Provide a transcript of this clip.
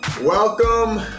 welcome